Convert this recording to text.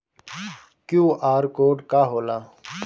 QR code का होला?